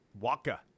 Waka